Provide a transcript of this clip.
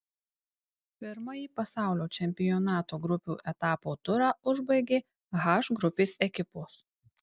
pirmąjį pasaulio čempionato grupių etapo turą užbaigė h grupės ekipos